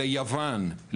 ליוון,